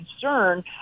concern